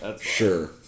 Sure